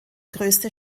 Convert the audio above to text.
größte